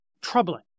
troubling